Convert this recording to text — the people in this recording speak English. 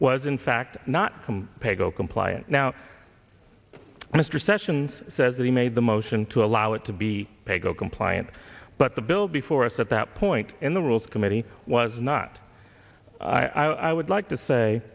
was in fact not paygo compliant now mr sessions says that he made the motion to allow it to be paygo compliant but the bill before us at that point in the rules committee was not i would like to say